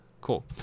cool